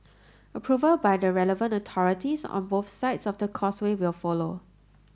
approval by the relevant authorities on both sides of the Causeway will follow